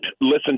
listen